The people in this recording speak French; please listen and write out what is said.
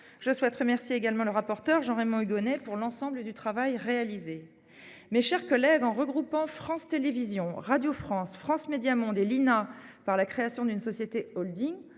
Je souhaite remercier également le rapporteur, Jean-Raymond Hugonet, de l'ensemble du travail réalisé. Mes chers collègues, en regroupant France Télévisions, Radio France, France Médias Monde et l'INA au travers de la création d'une société holding,